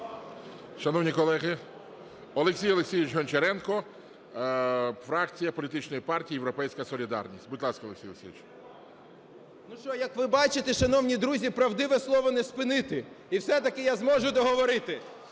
Шановні колеги, Олексій Олексійович Гончаренко, фракція політичної партії "Європейська солідарність". Будь ласка, Олексій Олексійович. 17:14:04 ГОНЧАРЕНКО О.О. Як ви бачите, шановні друзі, правдиве слово не спинити. І все-таки я зможу договорити,